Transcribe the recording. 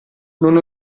non